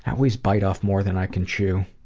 always bite off more than i can chew.